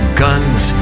guns